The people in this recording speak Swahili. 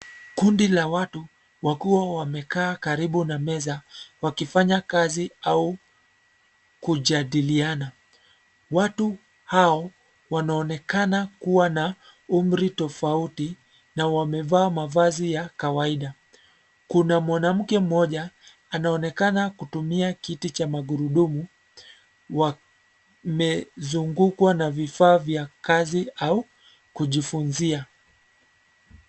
Kundi la watu wakiwa wamekaa karibu na meza wakifanya kazi au kujadiliana. Watu hao wanaonekana kuwa na umri tofauti na wamevaa mavazi ya kawaida. Kuna mwanamke mmoja anaonekana kutumia kiti cha magurudumu, wamezungukwa na vifaa vya kazi au kujifunzia.